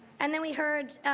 and then we heard